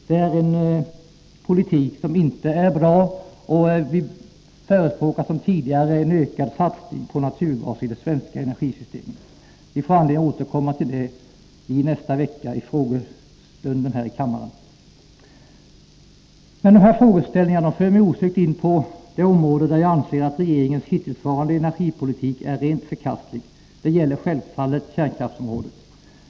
Det är en politik som inte är bra. Vi förespråkar som tidigare en ökad satsning på naturgas i det svenska energisystemet. Vi får anledning att återkomma till detta i nästa vecka i en frågestund här i kammaren. Dessa frågeställningar för mig osökt in på det område där jag anser att regeringens hittillsvarande energipolitik är rent förkastlig. Det gäller självfallet kärnkraftsområdet.